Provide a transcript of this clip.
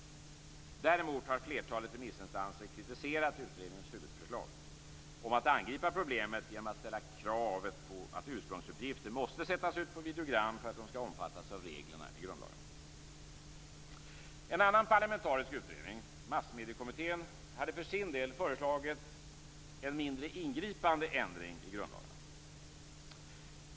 Däremot har flertalet remissinstanser kritiserat utredningens huvudförslag om att angripa problemet genom att ställa krav på att ursprungsuppgifter måste sättas ut på videogram för att de skall omfattas av reglerna i grundlagarna. En annan parlamentarisk utredning, Massmediekommittén, hade för sin del förslagit en mindre ingripande ändring i grundlagarna.